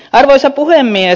arvoisa puhemies